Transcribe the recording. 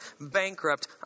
bankrupt